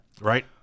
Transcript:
Right